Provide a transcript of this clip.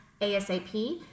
ASAP